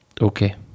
Okay